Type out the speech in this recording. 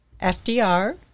FDR